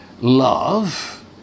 love